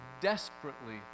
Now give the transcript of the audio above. desperately